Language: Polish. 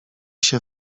się